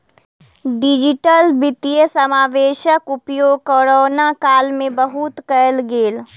digital वित्तीय समावेशक उपयोग कोरोना काल में बहुत कयल गेल